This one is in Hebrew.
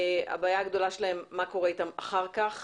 הבעיה הגדולה היא מה קורה אתן אחר כך,